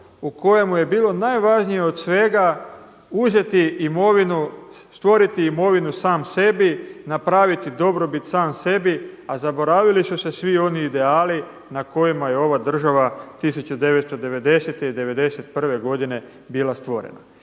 u kojemu je bilo najvažnije od svega uzeti imovinu, stvoriti imovinu sam sebi, napraviti dobrobit sam sebi, a zaboravili su se svi oni ideali na kojima je ova država 1990. i 1991. godine bila stvorena.